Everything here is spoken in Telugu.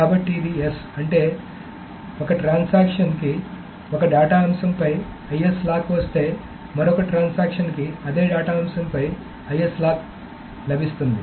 కాబట్టి ఇది S అంటే ఒక ట్రాన్సాక్షన్ కి ఒక డేటా అంశంపై IS లాక్ వస్తే మరొక ట్రాన్సాక్షన్ కి అదే డేటా అంశంపై IS లాక్ లభిస్తుంది